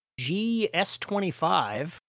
GS25